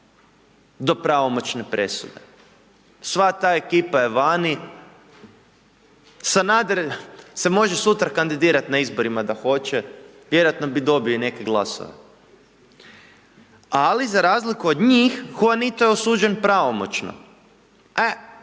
do pravomoćne presude, sva ta ekipa je vani, Sanader se može sutra kandidirati na izborima da hoće, vjerojatno bi i dobio neke glasove. Ali za razliku od njih, Huanito je osuđen pravomoćno,